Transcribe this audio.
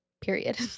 period